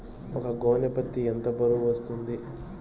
ఒక గోనె పత్తి ఎంత బరువు వస్తుంది?